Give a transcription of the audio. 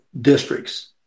districts